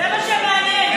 חבריי חברי הכנסת,